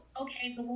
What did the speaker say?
Okay